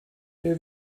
wer